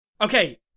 Okay